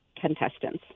contestants